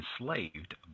enslaved